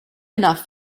enough